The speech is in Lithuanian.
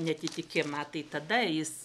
neatitikimą tai tada jis